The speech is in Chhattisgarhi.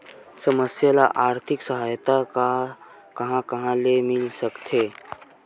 समस्या ल आर्थिक सहायता कहां कहा ले मिल सकथे?